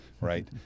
right